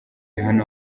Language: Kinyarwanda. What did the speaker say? hano